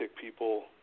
people